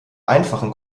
einfachen